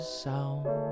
sound